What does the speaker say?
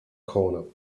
corner